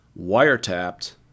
wiretapped